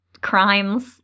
crimes